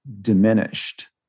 diminished